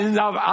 love